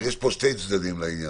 אז יש שני צדדים לעניין.